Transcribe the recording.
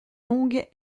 longue